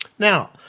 Now